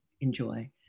enjoy